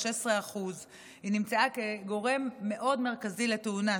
16%. היא נמצאה כגורם מאוד מרכזי לתאונות,